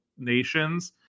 nations